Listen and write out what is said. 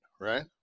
right